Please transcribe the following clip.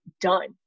done